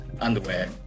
underwear